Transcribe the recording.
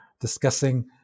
discussing